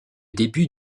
début